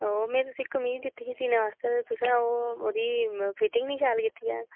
में तुसेंगी कमीज दित्ती ही सीने आस्तै ते तुसें ओह् ओह्दी फिटिंग नी शैल कीती ऐ